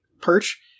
perch